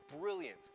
Brilliant